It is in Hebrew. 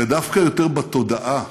זה דווקא יותר בתודעה,